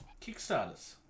Kickstarters